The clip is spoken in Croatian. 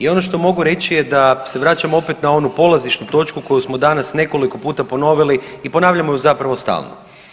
I ono što mogu reći je da se vraćamo opet na onu polazišnu točku koju smo danas nekoliko puta ponovili i ponavljamo ju zapravo stalno.